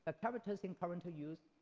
ah characters in current use,